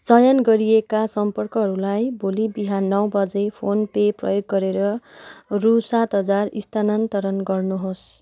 चयन गरिएका सम्पर्कहरूलाई भोलि बिहान नौ बजे फोन पे प्रयोग गरेर रु सात हजार स्थानान्तरण गर्नुहोस्